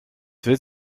wird